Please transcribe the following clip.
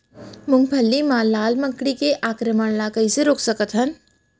मूंगफली मा लाल मकड़ी के आक्रमण ला कइसे रोक सकत हन?